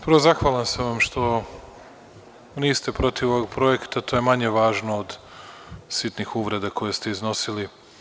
Prvo zahvalan sam vam što niste protiv ovog projekta, to je manje važno od sitnih uvreda koje ste iznosili.